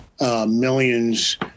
Millions